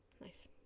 Nice